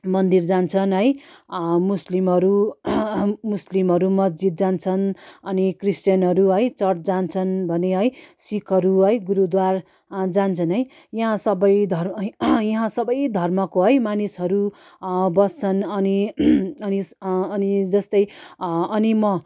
मन्दिर जान्छन् है मुस्लिमहरू मुस्लिमहरू मस्जिद जान्छन् अनि क्रिस्चियनहरू है चर्च जान्छन् भने है सिखहरू है गुरुद्वार जान्छन् है यहाँ सबै धर यहाँ सबै धर्मको है मानिसहरू बस्छन् अनि अनि अनि जस्तै अनि म